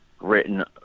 written